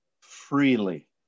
freely